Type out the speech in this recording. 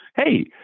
hey